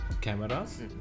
cameras